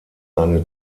eine